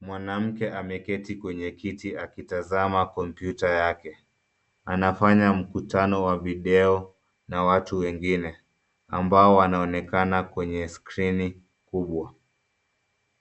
Mwanamke ameketi kwenye kiti akitazama kompyuta yake. Anafanya mkutano wa video na watu wengine ambao wanaonekana kwenye skrini kubwa.